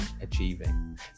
achieving